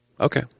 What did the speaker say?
Okay